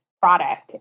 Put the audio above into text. product